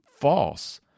false